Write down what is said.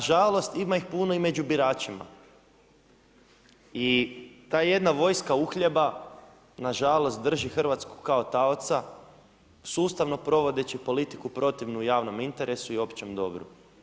A na žalost ima ih puno i među biračima i ta jedna vojska uhljeba na žalost drži Hrvatsku kao taoca sustavno provodeći politiku protivnu javnom interesu i općem dobru.